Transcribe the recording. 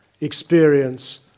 experience